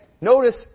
notice